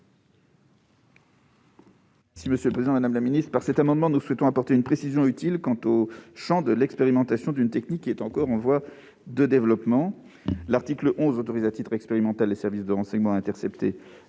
: La parole est à M. Jean-Yves Leconte. Par cet amendement, nous souhaitons apporter une précision utile sur le champ de l'expérimentation d'une technique qui est encore en voie de développement. L'article 11 autorise, à titre expérimental, les services de renseignement à intercepter,